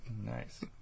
Nice